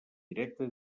directe